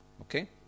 okay